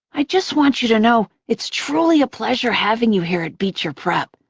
i just want you to know it's truly a pleasure having you here at beecher prep,